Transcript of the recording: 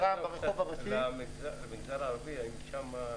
גם במגזר הערבי מצליחים.